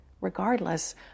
regardless